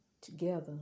together